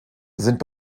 sind